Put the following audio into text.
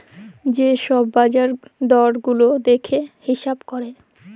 যে ছব বাজারের দর গুলা দ্যাইখে হিঁছাব ক্যরে